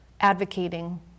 advocating